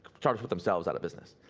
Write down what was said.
startups put themselves out of business.